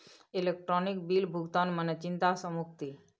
electronic bill भुगतान मने चिंता सँ मुक्ति